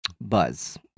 buzz